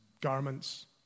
garments